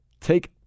Take